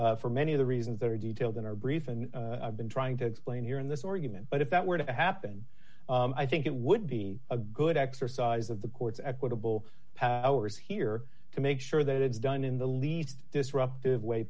that for many of the reasons there are details in our brief and i've been trying to explain here in this oregon but if that were to happen i think it would be a good exercise of the court's equitable powers here to make sure that it's done in the least disruptive way